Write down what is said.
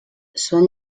són